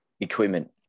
equipment